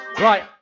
Right